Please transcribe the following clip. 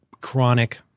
chronic